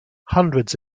hundreds